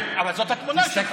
אבל זאת התמונה שלך.